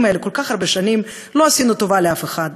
האלה כל כך הרבה שנים לא עשינו טובה לאף אחד,